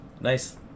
nice